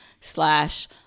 slash